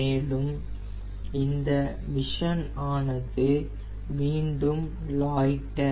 மேலும் இந்த மிஷன் ஆனது மீண்டும் லாய்ட்ர்